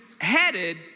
headed